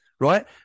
right